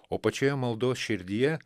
o pačioje maldos širdyje